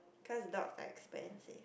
cause dogs are expensive